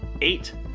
eight